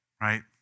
right